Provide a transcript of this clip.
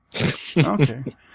Okay